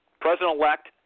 President-elect